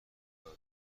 داره